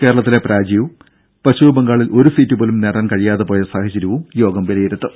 കേരളത്തിലെ പരാജയവും പശ്ചിമബംഗാളിൽ ഒരു സീറ്റുപോലും നേടാൻ കഴിയാതെ പോയ സാഹചര്യവും യോഗം വിലയിരുത്തും